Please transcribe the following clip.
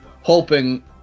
hoping